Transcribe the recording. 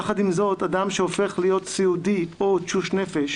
יחד עם זאת, אדם שהופך להיות סיעודי או תשוש נפש